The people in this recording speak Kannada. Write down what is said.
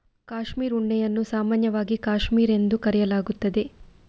ಕ್ಯಾಶ್ಮೀರ್ ಉಣ್ಣೆಯನ್ನು ಸಾಮಾನ್ಯವಾಗಿ ಕ್ಯಾಶ್ಮೀರ್ ಎಂದು ಕರೆಯಲಾಗುತ್ತದೆ